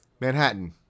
Manhattan